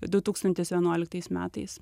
du tūkstantis vienuoliktais metais